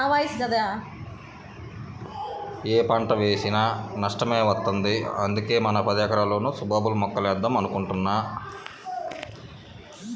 యే పంట వేసినా నష్టమే వత్తంది, అందుకే మన పదెకరాల్లోనూ సుబాబుల్ మొక్కలేద్దాం అనుకుంటున్నా